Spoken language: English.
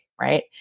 right